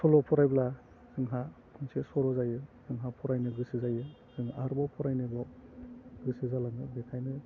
सल' फरायब्ला जोंहा मोनसे सर' जायो जोंहा फरायनो गोसो जायो जों आरोबाव फरायनोबाव गोसो जालाङो बेखायनो